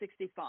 65